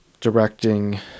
directing